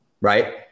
right